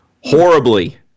Horribly